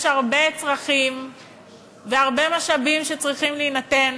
יש הרבה צרכים והרבה משאבים שצריכים להינתן